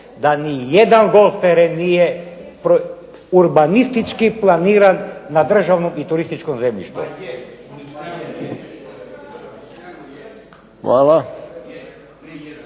da nijedan golf teren urbanistički planiran na državnom i turističkom zemljištu.